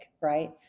Right